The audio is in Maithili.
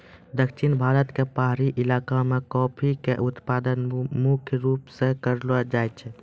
दक्षिण भारत के पहाड़ी इलाका मॅ कॉफी के उत्पादन मुख्य रूप स करलो जाय छै